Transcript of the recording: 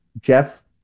Jeff